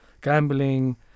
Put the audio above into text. gambling